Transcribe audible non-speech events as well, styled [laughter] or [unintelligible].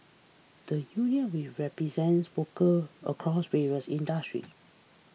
the union [unintelligible] represents worker across various industry